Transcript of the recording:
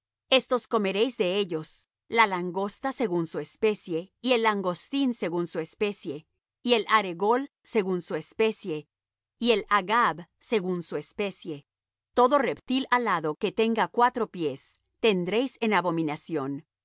estos comeréis de ellos la langosta según su especie y el langostín según su especie y el aregol según su especie y el haghab según su especie todo reptil alado que tenga cuatro pies tendréis en abominación